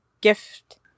gift